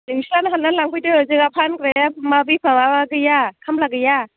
नोंस्रानो हाननानै लांफैदो जोंहा फानग्राया मा बे माबा गैया खामला गैया